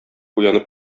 уянып